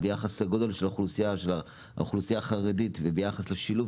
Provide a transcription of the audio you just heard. ביחס לגודל האוכלוסייה החרדית וביחס לשילוב